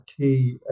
key